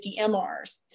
MRs